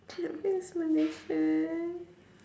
cicak man is malaysia